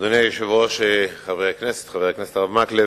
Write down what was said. אדוני היושב-ראש, חברי הכנסת, חבר הכנסת הרב מקלב,